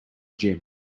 gym